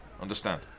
Understand